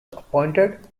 appointed